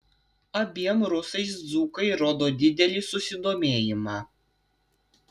abiem rusais dzūkai rodo didelį susidomėjimą